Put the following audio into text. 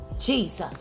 Jesus